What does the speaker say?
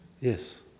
Yes